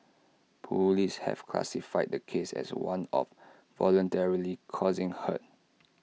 Police have classified the case as one of voluntarily causing hurt